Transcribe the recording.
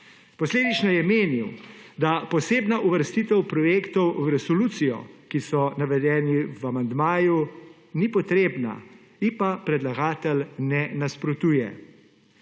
Posledično je menil, da posebna uvrstitev projektov v resolucijo, ki so navedeni v amandmaju, ni potrebna, ji pa predlagatelj ne nasprotuje.